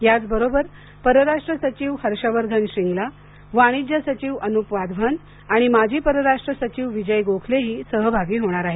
याचबरोबर परराष्ट्र सचिव हर्ष वर्धन श्रींगला वाणिज्य सचिव अनुप वाधवान आणि माजी परराष्ट्र सचिव विजय गोखलेही सहभागी होणार आहेत